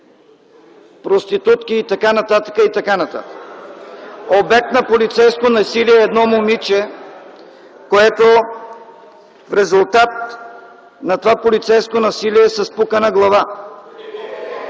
проститутки и така нататък, и така нататък. (Шум и реплики от ГЕРБ.) Обект на полицейско насилие е едно момиче, което в резултат на това полицейско насилие е със спукана глава.